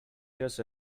hears